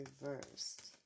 Reversed